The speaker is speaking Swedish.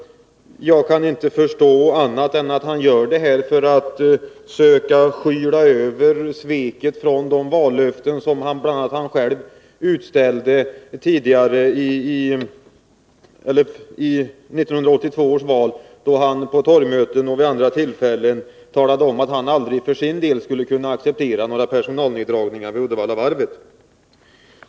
Jag kan inte förstå annat än att han gör det för att försöka skyla över sveket mot de vallöften som bl.a. han själv uttalade i 1982 års valrörelse, då han på torgmöten och vid andra tillfällen talade om, att han aldrig för sin del skulle kunna acceptera några personalneddragningar vid Uddevallavarvet.